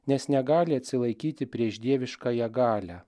nes negali atsilaikyti prieš dieviškąją galią